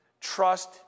Trust